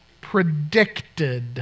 predicted